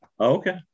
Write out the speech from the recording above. Okay